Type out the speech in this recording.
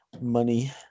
money